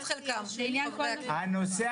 הנושא